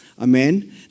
Amen